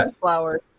flowers